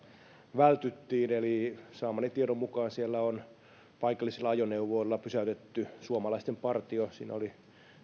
vältyttiin saamani tiedon mukaan siellä on paikallisilla ajoneuvoilla pysäytetty suomalaisten partio siinä oli